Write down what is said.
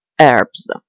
herbs